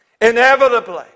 Inevitably